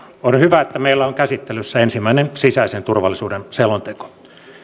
on hyvä että meillä on käsittelyssä ensimmäinen sisäisen turvallisuuden selonteko